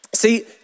See